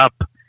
up